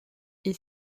est